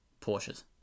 Porsches